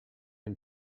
and